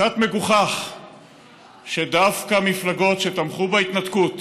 קצת מגוחך שדווקא מפלגות שתמכו בהתנתקות